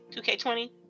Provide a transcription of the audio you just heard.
2K20